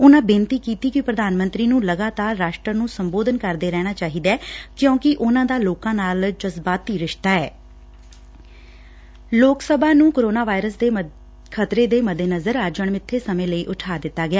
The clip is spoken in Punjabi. ਉਨੂਾ ਬੇਨਤੀ ਕਿ ਪ੍ਰਧਾਨ ਮੰਤਰੀ ਨੂੰ ਲਗਾਤਾਰ ਰਾਸ਼ਟਰ ਨੂੰ ਸੰਬੋਧਨ ਕਰਦੇ ਰਹਿਣਾ ਚਾਹੀਦੈ ਕਿਉਂਕਿ ਉਨੂਾ ਦਾ ਲੋਕਾ ਦਾ ਜਜਬਾਤੀ ਰਿਸਤਾ ਐ ਲੋਕ ਸਭਾ ਨੂੰ ਕੋਰੋਨਾ ਵਾਇਰਸ ਦੇ ਖਤਰੇ ਦੇ ਮੱਦੇਨਜ਼ਰ ਅੱਜ ਅਣਮਿੱਬੇ ਸਮੇਂ ਲਈ ਉਠਾ ਦਿੱਤਾ ਗਿਆ